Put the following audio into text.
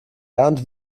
und